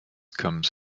comes